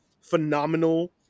phenomenal